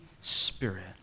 spirit